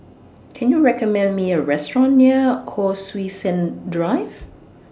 Can YOU recommend Me A Restaurant near Hon Sui Sen Drive